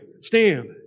stand